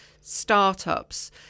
startups